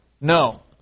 No